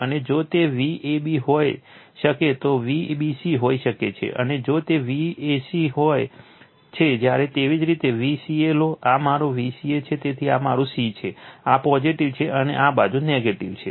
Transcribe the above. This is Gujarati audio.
અને જો તે Vab હોઈ શકે તો Vbc હોઈ શકે છે અને જો તે Vca છે જ્યારે તેવી જ રીતે Vca લો આ મારો Vca છે તેથી આ મારું c છે આ પોઝિટીવ છે અને બીજી બાજુ નેગેટિવ છે